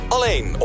Alleen